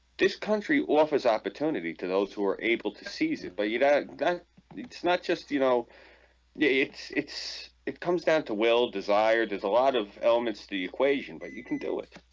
this country office opportunity to those who are able to seize it, but you know it's not just you know yeah it's it's it comes down to will desire. there's a lot of elements the equation, but you can do it.